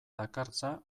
dakartza